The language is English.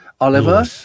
Oliver